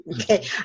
okay